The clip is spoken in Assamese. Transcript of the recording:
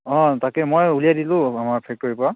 অঁ তাকে মই উলিয়াই দিলোঁ আমাৰ ফেক্টৰিৰপৰা